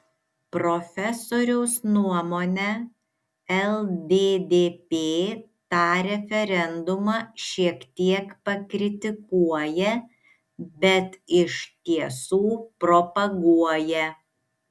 profesoriaus nuomone lddp tą referendumą šiek tiek pakritikuoja bet iš tiesų propaguoja